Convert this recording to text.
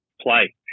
play